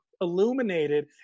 illuminated